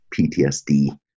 PTSD